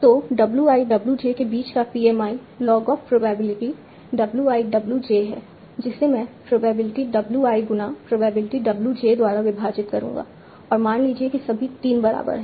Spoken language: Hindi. तो w i w j के बीच का PMI log of probability w i w j है जिसे मैं प्रोबेबिलिटी w i गुना प्रोबेबिलिटी w j द्वारा विभाजित करुंगा और मान लीजिए कि सभी 3 बराबर हैं